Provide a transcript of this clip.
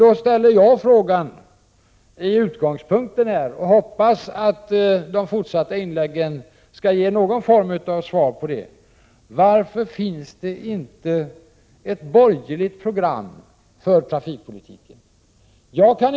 Då vill jag fråga, och jag hoppas att det i de följande inläggen kommer att ges ett svar: Varför finns det inte ett borgerligt program för trafikpolitiken?